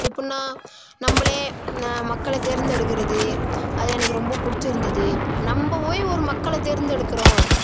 எப்படின்னா நம்மளே நா மக்களை தேர்ந்தெடுக்கிறது அது எனக்கு ரொம்ப பிடிச்சிருந்துது நம்ம போய் ஒரு மக்களை தேர்ந்தெடுக்கிறோம்